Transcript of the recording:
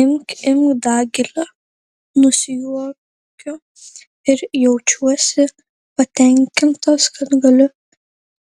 imk imk dagili nusijuokiu ir jaučiuosi patenkintas kad galiu